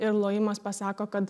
ir lojimas pasako kad